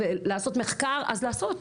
ולעשות מחקר, אז לעשות.